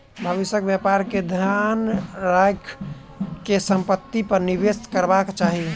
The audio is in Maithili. भविष्यक व्यापार के ध्यान राइख के संपत्ति पर निवेश करबाक चाही